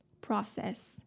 process